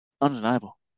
undeniable